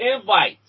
invite